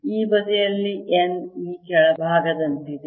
ಈ ಬದಿಯಲ್ಲಿ n ಈ ಕೆಳಭಾಗದಂತಿದೆ